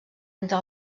entre